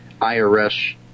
IRS